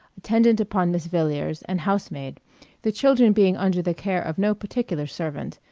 attendant upon miss villiers, and housemaid the children being under the care of no particular servant,